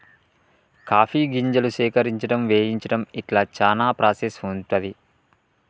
coffee గింజలు సేకరించడం వేయించడం ఇట్లా చానా ప్రాసెస్ ఉంటది